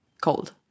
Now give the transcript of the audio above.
cold